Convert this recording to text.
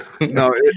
no